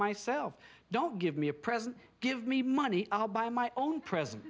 myself don't give me a present give me money i'll buy my own present